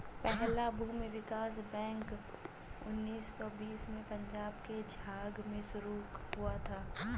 पहला भूमि विकास बैंक उन्नीस सौ बीस में पंजाब के झांग में शुरू हुआ था